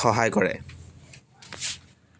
সহায় কৰে